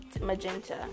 magenta